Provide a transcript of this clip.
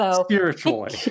spiritually